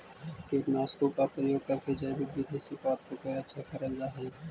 कीटनाशकों का प्रयोग करके जैविक विधि से पादपों की रक्षा करल जा हई